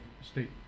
state